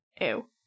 Ew